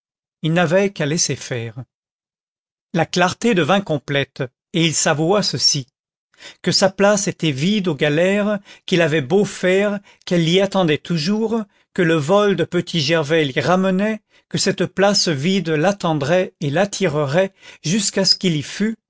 il n'avait qu'à laisser faire la clarté devint complète et il s'avoua ceci que sa place était vide aux galères qu'il avait beau faire qu'elle l'y attendait toujours que le vol de petit gervais l'y ramenait que cette place vide l'attendrait et l'attirerait jusqu'à ce qu'il y fût